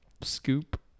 scoop